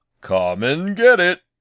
come and get it.